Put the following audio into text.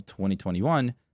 2021